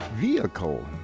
vehicle